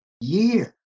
year